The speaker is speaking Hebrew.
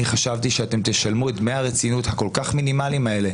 אני חשבתי שאתם תשלמו את דמי הרצינות הכול כך מינימליים האלה,